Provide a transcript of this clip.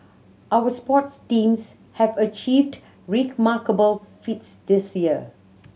our sports teams have achieved remarkable feats this year